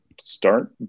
start